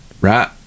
right